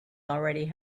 already